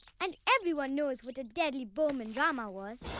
and everyone knows what a deadly bowman rama was.